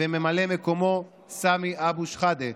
וממלא מקומו: סמי אבו שחאדה,